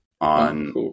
on